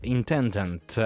Intendant